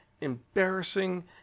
embarrassing